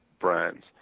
brands